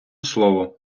слово